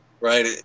right